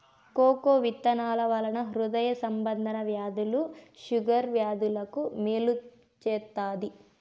cocoa విత్తనాల వలన హృదయ సంబంధ వ్యాధులు షుగర్ వ్యాధులకు మేలు చేత్తాది